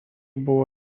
buvo